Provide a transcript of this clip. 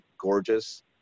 gorgeous